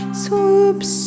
swoops